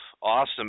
awesome